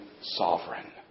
Sovereign